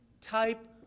type